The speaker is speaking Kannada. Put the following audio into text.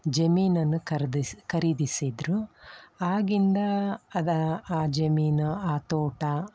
ಜಮೀನನ್ನು ಖರ್ದಿಸಿ ಖರೀದಿಸಿದರು ಆಗಿಂದ ಅದು ಆ ಜಮೀನು ಆ ತೋಟ